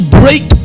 break